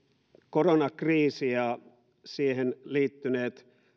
koronakriisi ja siihen liittyneet